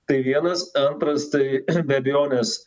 tai vienas antras tai be abejonės